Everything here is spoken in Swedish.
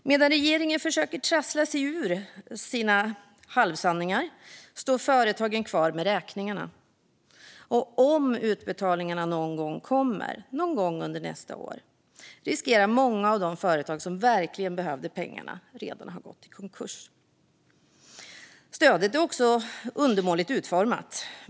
Medan regeringen försöker trassla sig ur sina halvsanningar står företagen kvar med räkningarna. Och om utbetalningarna någon gång kommer, någon gång under nästa år, finns det risk att många av de företag som verkligen behövde pengarna redan har gått i konkurs. Stödet är också undermåligt utformat.